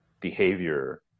behavior